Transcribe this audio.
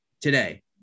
today